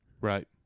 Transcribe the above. Right